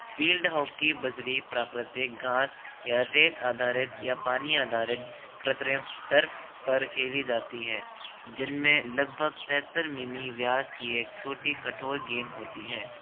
field hockey बजरी प्राकृतिक घास या रेत आधारित या पानी आधारित कृत्रिम टर्फ पर खेली जाती है जिनमें लगभग तिहत्तर मिमी व्यास की एक छोटी कठोर गेंद होती है